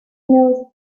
knows